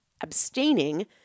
abstaining